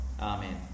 Amen